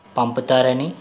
పంపుతారని